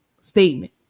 statement